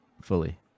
fully